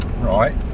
right